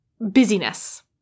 busyness